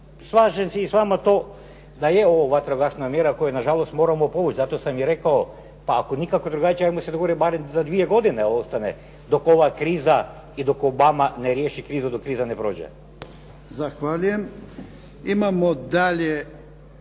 Slažem se i s vama to da je ovo vatrogasna mjera koju nažalost moramo povući, zato sam i rekao pa ako nikako drugačije pa ajmo se dogovoriti barem za dvije godine da ostane dok ova kriza i dok Obama ne riješi krizu, dok kriza ne prođe. **Jarnjak, Ivan (HDZ)**